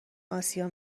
آسیا